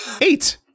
Eight